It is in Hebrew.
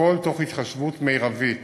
והכול, תוך התחשבות מרבית